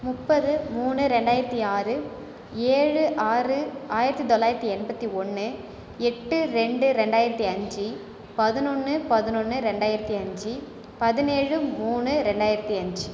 முப்பது மூணு ரெண்டாயிரத்தி ஆறு ஏழு ஆறு ஆயிரத்தி தொள்ளாயிரத்தி எண்பத்தி ஒன்று எட்டு ரெண்டு ரெண்டாயிரத்தி அஞ்சு பதினொன்று பதினொன்று ரெண்டாயிரத்தி அஞ்சு பதினேழு மூணு ரெண்டாயிரத்தி அஞ்சு